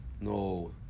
no